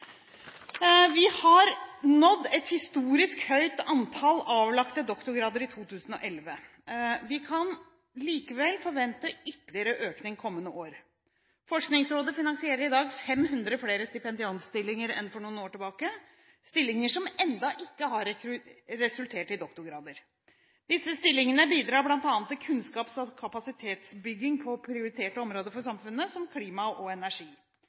Vi har nådd et historisk høyt antall avlagte doktorgrader i 2011. Vi kan likevel forvente ytterligere økning kommende år: Forskningsrådet finansierer i dag 500 flere stipendiatstillinger enn for noen år tilbake, stillinger som ennå ikke har resultert i doktorgrader. Disse stillingene bidrar bl.a. til kunnskaps- og kapasitetsbygging på prioriterte områder for samfunnet, som klima og energi.